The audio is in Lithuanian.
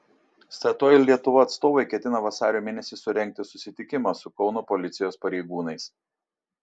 statoil lietuva atstovai ketina vasario mėnesį surengti susitikimą su kauno policijos pareigūnais